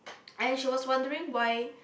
and she was wondering why